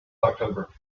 october